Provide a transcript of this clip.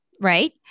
right